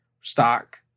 stock